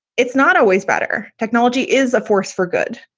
it's not always better. technology is a force for good.